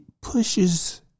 pushes